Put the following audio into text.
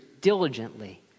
diligently